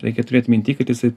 reikia turėt minty kad jisai